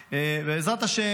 בעזרת השם,